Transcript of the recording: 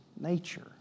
nature